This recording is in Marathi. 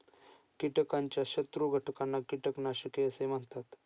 कीटकाच्या शत्रू घटकांना कीटकनाशके असे म्हणतात